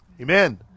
Amen